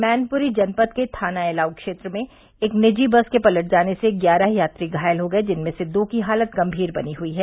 मैनपुरी जनपद के थाना एलाऊ क्षेत्र में एक निजी बस के पलट जाने से ग्यारह यात्री घायल हो गये जिनमें से दो की हालत गंभीर बनी हुई है